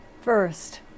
First